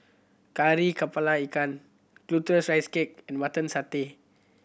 Kari Kepala Ikan Glutinous Rice Cake and Mutton Satay